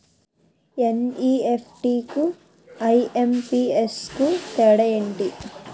NEFT కు IMPS కు తేడా ఎంటి?